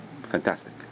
fantastic